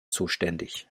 zuständig